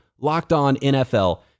LOCKEDONNFL